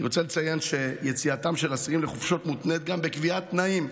אני רוצה לציין שיציאתם של אסירים לחופשות מותנית גם בקביעת תנאים,